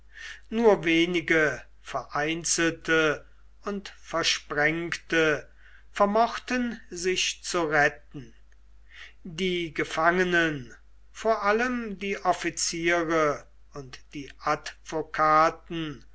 nur wenige vereinzelte und versprengte vermochten sich zu retten die gefangenen vor allem die offiziere und die